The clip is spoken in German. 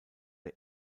der